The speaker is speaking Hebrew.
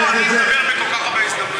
לא, אני מדבר בכל כך הרבה הזדמנויות.